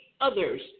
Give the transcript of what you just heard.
others